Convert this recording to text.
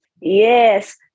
Yes